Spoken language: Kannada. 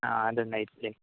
ಹಾಂ ಅದೊಂದು ಐದು ಪ್ಲೇಟ್